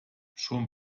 schon